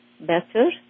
better